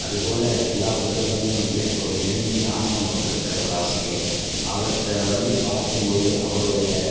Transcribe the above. அதுபோல் எல்லா புத்தகமும் வந்து எனக்கு ஒரு நெருங்கிய ஆசான் ஒருத்தர் இருக்கார் ஒரு ஆசிரியர் அவர்கிட்ட வந்து பார்த்தம் போது அவருடைய